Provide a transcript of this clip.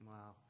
Wow